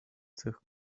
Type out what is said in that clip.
cech